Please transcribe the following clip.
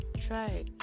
try